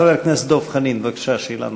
חבר הכנסת דב חנין, בבקשה, שאלה נוספת.